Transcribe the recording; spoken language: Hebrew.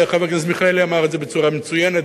חבר הכנסת מיכאלי אמר את זה בצורה מצוינת,